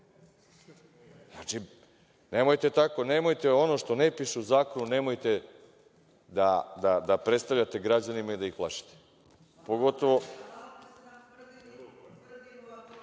Znači tako nemojte ono što ne piše u zakonu, nemojte da predstavljate građanima i da ih plašite. Pogotovo